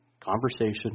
conversation